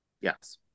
Yes